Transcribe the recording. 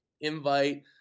invite